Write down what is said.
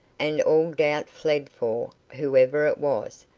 and all doubt fled, for, whoever it was,